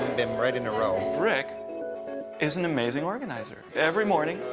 bim, right in a row. rick is an amazing organizer. every morning,